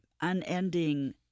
unending